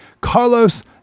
Carlos